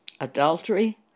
adultery